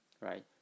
right